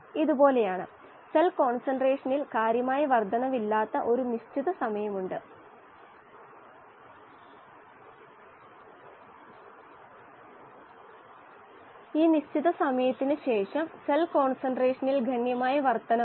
അതുകൊണ്ട് അളക്കാൻ കഴിയുന്ന ഗാഢതയുടെ അടിസ്ഥാനത്തിൽ ഇത് എഴുതുകയാണെങ്കിൽ Ky Kx എന്നിവ മൊത്തം മാസ് ട്രാൻസ്ഫർ കോഎഫിഷ്യന്റ്സ് ആണ്